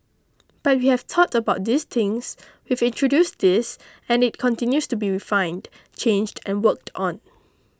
but we have thought about these things we've introduced these and it continues to be refined changed and worked on